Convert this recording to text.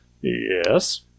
Yes